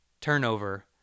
Turnover